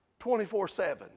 24-7